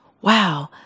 wow